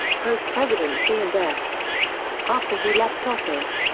post-presidency and death after he left office,